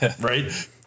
Right